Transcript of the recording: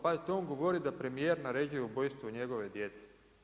Pazite, on govori da premijer naređuje ubojstvo njegove djece.